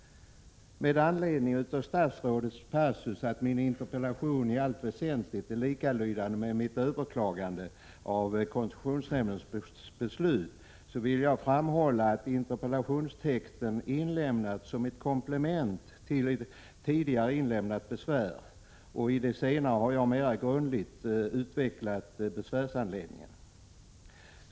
Med anledning av den passus i svaret där statsrådet säger att min interpellation i allt väsentligt är likalydande med mitt överklagande av koncessionsnämndens beslut, vill jag framhålla att interpellationstexten inlämnats som ett komplement till ett tidigare inlämnat besvär. I interpellationen har jag mera grundligt utvecklat besvärsanledningen.